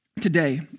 today